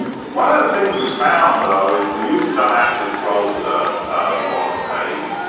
one of the things we found, though, is the users don't actually scroll to the the bottom of the page.